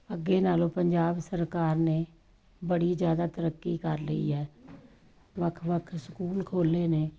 ਅੱਗੇ ਨਾਲੋਂ ਪੰਜਾਬ ਸਰਕਾਰ ਨੇ ਬੜੀ ਜ਼ਿਆਦਾ ਤਰੱਕੀ ਕਰ ਲਈ ਹੈ ਵੱਖ ਵੱਖ ਸਕੂਲ ਖੋਲ੍ਹੇ ਨੇ